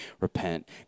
repent